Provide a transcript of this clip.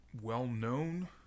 well-known